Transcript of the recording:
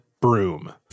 broom